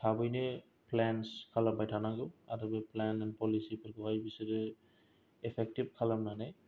थाबैनो फ्लेनस खालामबाय थानांगोन आरो बे फ्लेन पलिसि फोरखौ हाय बिसोरो एफेकतिब खालामनानै